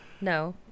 No